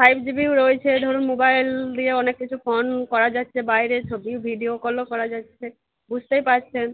five GB রয়েছে ধরুন mobile দিয়ে অনেক কিছু ফোন করা যায় সে বাইরে সব ভিডিও কলও করা যাচ্ছে বুঝতেই পারছেন